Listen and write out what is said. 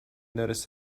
noticed